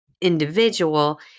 individual